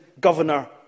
governor